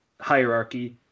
hierarchy